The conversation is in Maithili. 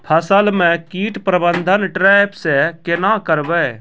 फसल म कीट प्रबंधन ट्रेप से केना करबै?